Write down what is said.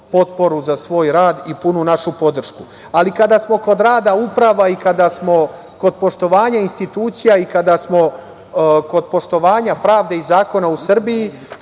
potporu za svoj rad i punu našu podršku. Kada smo kod rada, uprava, i kada smo kod poštovanja institucija, i kada smo kod poštovanja pravde i zakona u Srbiji,